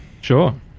Sure